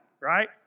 right